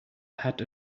had